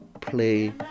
play